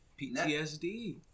PTSD